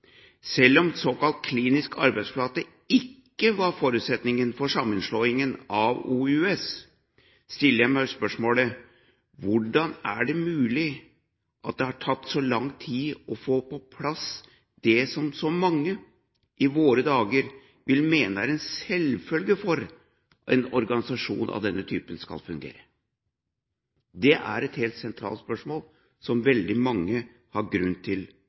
Selv om en såkalt klinisk arbeidsflate ikke var forutsetningen for sammenslåingen til OUS, stiller jeg meg spørsmålet: Hvordan er det mulig at det har tatt så lang tid å få på plass det som så mange i våre dager vil mene er en selvfølge for at en organisasjon av denne typen skal kunne fungere? Det er et helt sentralt spørsmål som veldig mange har grunn til